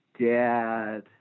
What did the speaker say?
dad